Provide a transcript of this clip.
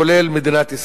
כולל מדינת ישראל.